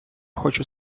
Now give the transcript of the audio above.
хочу